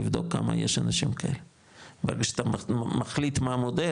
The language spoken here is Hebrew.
לבדוק כמה יש אנשים כאלה ושאתה מחליט מה המודד,